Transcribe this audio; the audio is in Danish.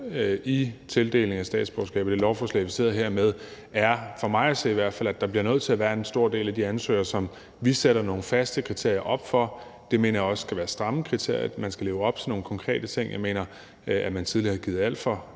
i tildelingen af statsborgerskab i det lovforslag, vi sidder med her, er, i hvert fald for mig at se, at der bliver nødt til at være en stor del af de ansøgere, som vi sætter nogle faste kriterier op for, og det mener jeg også skal være stramme kriterier, og at man skal leve op til nogle konkrete ting. Jeg mener, at man tidligere alt for